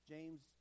James